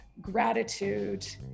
gratitude